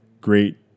great